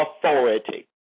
authority